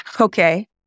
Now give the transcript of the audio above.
okay